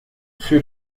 für